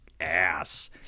ass